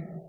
ठीक है